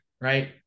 right